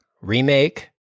remake